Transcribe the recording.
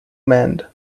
mend